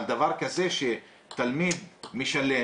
אבל דבר כזה שתלמיד משלם